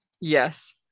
Yes